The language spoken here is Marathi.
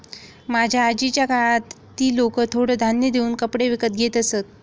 माझ्या आजीच्या काळात ती लोकं थोडं धान्य देऊन कपडे विकत घेत असत